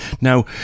Now